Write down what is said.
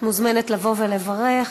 אדוני היושב-ראש,